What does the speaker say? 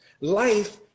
Life